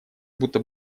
будто